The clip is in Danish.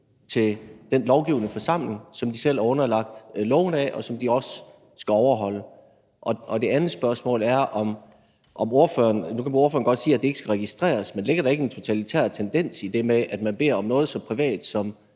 til den lovgivende forsamling, som de selv er underlagt lovene fra, altså hvis love de også skal overholde. Det andet spørgsmål vedrører, at ordføreren siger, at det ikke skal registreres, men ligger der ikke en totalitær tendens i det med, at man beder om noget så privat som